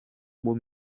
beau